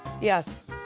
Yes